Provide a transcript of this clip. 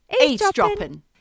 eavesdropping